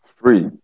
Three